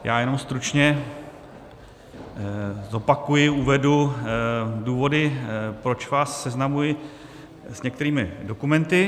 Já jenom stručně zopakuji, uvedu důvody, proč vás seznamuji s některými dokumenty.